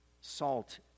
Salt